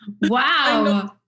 Wow